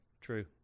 True